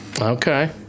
Okay